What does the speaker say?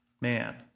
Man